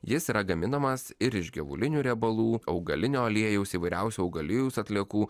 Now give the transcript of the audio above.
jis yra gaminamas ir iš gyvulinių riebalų augalinio aliejaus įvairiausių augalijos atliekų